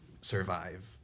survive